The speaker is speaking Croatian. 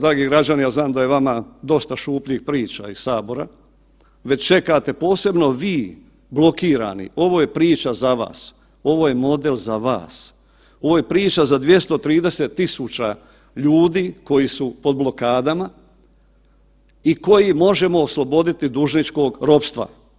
Dragi građani ja znam da je vama dosta šupljih priča iz sabora već čekate posebno vi blokirani ovo je priča za vas, ovo je model za vas, ovo je priča za 230.000 ljudi koji su pod blokadama i koje možemo osloboditi dužničkog ropstva.